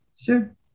Sure